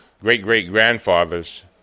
great-great-grandfathers